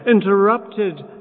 interrupted